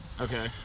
Okay